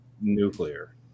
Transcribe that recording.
Nuclear